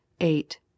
eight